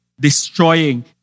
destroying